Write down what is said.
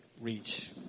reach